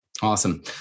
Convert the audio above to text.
Awesome